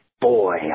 boy